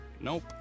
Nope